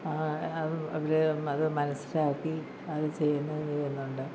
അത് അതിൽ അത് മനസ്സിലാക്കി അത് ചെയ്യുന്ന ചെയ്യുന്നുണ്ട്